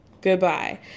goodbye